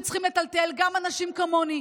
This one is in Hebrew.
שצריכים לטלטל גם אנשים כמוני,